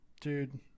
Dude